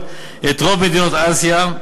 ובכללן רוב מדינות אסיה,